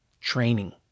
Training